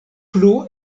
plu